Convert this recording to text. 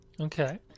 Okay